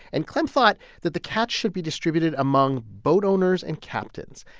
and clem thought that the catch should be distributed among boat owners and captains.